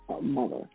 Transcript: mother